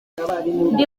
ndi